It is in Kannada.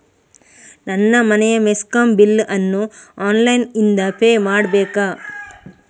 ನನ್ನ ಮನೆಯ ಮೆಸ್ಕಾಂ ಬಿಲ್ ಅನ್ನು ಆನ್ಲೈನ್ ಇಂದ ಪೇ ಮಾಡ್ಬೇಕಾ?